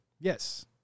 Yes